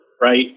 right